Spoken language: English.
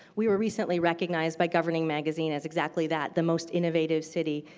we were recently recognized by governing magazine as exactly that the most innovative city.